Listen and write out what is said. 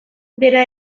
dena